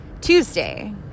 Tuesday